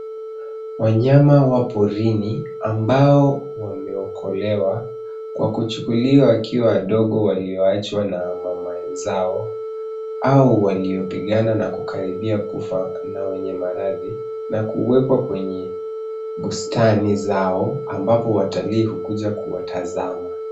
Wanyama wa porini ambao wameokolewa kwa kuchukuliwa wakiwa wadogo walio achwa na mama zao, au waliopigana na kukaribia kufa na wenye maradhi, na kuwekwa kwenye bustani zao ambapo watalii hukuja kuwatazama.